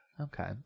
Okay